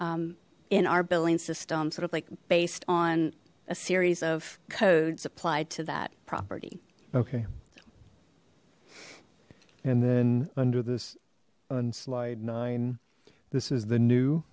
in our billing system sort of like based on a series of codes applied to that property okay and then under this on slide nine this is the new